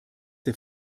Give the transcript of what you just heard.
der